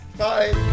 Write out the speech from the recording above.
bye